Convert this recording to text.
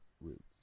roots